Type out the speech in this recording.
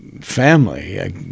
family